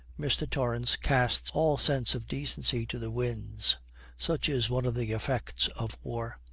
mr. torrance casts all sense of decency to the winds such is one of the effects of war.